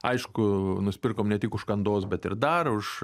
aišku nusipirkom ne tik užkandos bet ir dar už